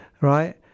right